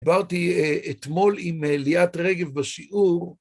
דיברתי אתמול עם ליאת רגב בשיעור.